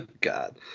God